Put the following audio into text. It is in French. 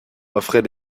offrait